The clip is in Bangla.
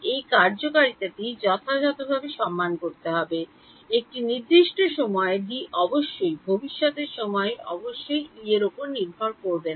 এই কার্যকারিতাটি যথাযথভাবে সম্মান করতে হবে একটি নির্দিষ্ট সময়ে D অবশ্যই ভবিষ্যতের সময়ে অবশ্যই E এর উপর নির্ভর করবে না